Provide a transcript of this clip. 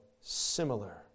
similar